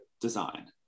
design